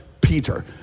peter